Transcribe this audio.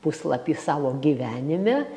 puslapį savo gyvenime